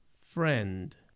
friend